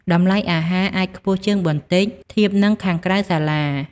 តម្លៃអាហារអាចខ្ពស់ជាងបន្តិចធៀបនឹងខាងក្រៅសាលា។